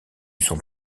son